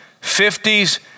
fifties